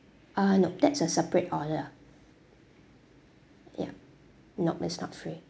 uh nope that's a separate order yup nope it's not free